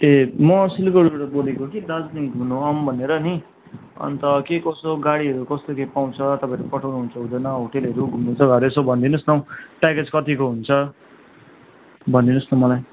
ए म सिलगढीबाट बोलेको कि दार्जिलिङ घुम्नु आउँ भनेर नि अन्त के कसो गाडीहरू कसरी पाउँछ तपाईँहरू पठाउनु हुन्छ हुँदैन होटलहरू घुम्ने जग्गाहरू यसो भनिदिनुहोस् न हौ प्याकेज कतिको हुन्छ भनिदिनुहोस् न मलाई